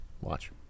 Watch